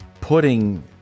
putting